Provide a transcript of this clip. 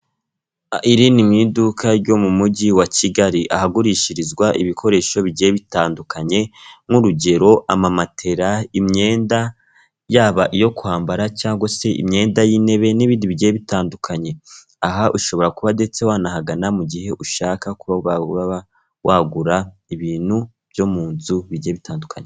Iri ni mu iduka ryo mu mujyi wa Kigali ahagurishirizwa ibikoresho bigiye bitandukanye nk'urugero amamatera, imyenda, yaba iyo kwambara cyangwa se imyenda y'intebe n'ibindi bigiye bitandukanye. Aha ushobora kuba ndetse wanahagana mu gihe ushaka kuba wagura ibintu byo mu nzu bigiye bitandukanye.